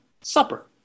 supper